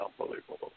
unbelievable